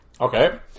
Okay